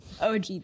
OG